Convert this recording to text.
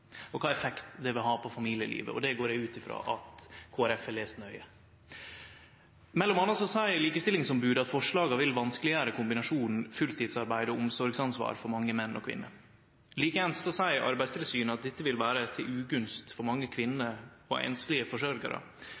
og kva effekt det vil ha på familielivet. Det går eg ut frå at Kristeleg Folkeparti har lese nøye. Mellom anna seier likestillingsombodet at forslaga vil gjere kombinasjonen fulltidsarbeid og omsorgsansvar vanskeleg for mange menn og kvinner. Like eins seier Arbeidstilsynet at dette vil vere ugunstig for mange kvinner og